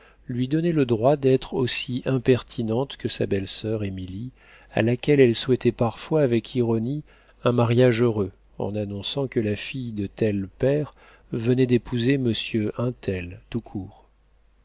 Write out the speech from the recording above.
lui donnaient le droit d'être aussi impertinente que sa belle-soeur émilie à laquelle elle souhaitait parfois avec ironie un mariage heureux en annonçant que la fille de tel pair venait d'épouser monsieur un tel tout court